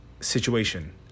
situation